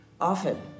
often